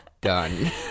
done